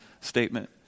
statement